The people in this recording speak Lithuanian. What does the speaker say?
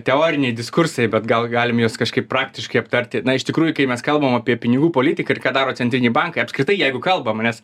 teoriniai diskursai bet gal galim juos kažkaip praktiškai aptarti na iš tikrųjų kai mes kalbam apie pinigų politiką ir ką daro centriniai bankai apskritai jeigu kalbama nes